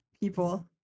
people